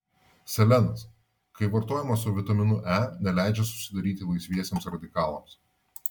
selenas kai vartojamas su vitaminu e neleidžia susidaryti laisviesiems radikalams